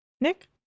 Nick